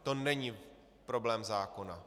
To není problém zákona.